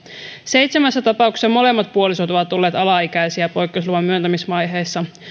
seitsemässä tapauksessa molemmat puolisot ovat olleet alaikäisiä poikkeusluvan myöntämisvaiheessa